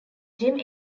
jim